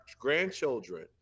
grandchildren